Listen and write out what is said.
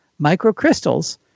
microcrystals